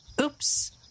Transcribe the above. Oops